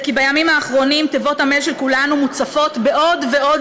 זה כי בימים האחרונים תיבות המייל של כולנו מוצפות בעוד ועוד